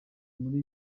muri